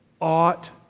ought